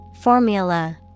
Formula